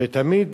ותמיד,